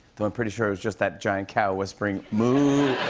though i'm pretty sure it was just that giant cow whispering, moo!